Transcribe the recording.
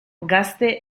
gazte